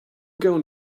going